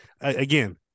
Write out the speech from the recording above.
again